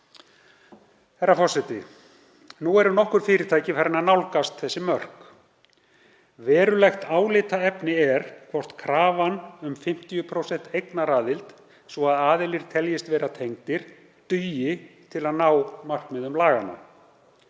Herra forseti. Nú eru nokkur fyrirtæki farin að nálgast þessi mörk. Verulegt álitaefni er hvort krafan um 50% eignaraðild, svo að aðilar teljist vera tengdir, dugi til að ná markmiðum laganna.